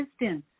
distance